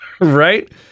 right